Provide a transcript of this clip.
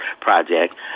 project